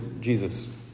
Jesus